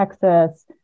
Texas